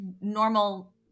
normal